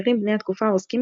מחקרים בני התקופה העוסקים